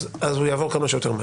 אז הוא יעבור כמה שיותר מהר.